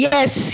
Yes